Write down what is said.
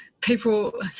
people